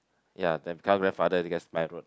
ya then become grandfather that's my road